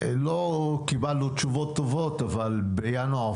לא קיבלנו תשובות טובות אבל בינואר,